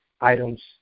items